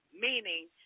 meaning